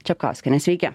čekauskienė sveiki